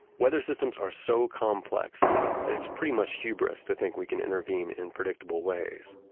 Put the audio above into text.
weather systems are so complex that it's pretty much hubris to think we can intervene in predictable ways,